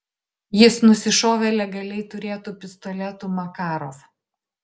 jis nusišovė legaliai turėtu pistoletu makarov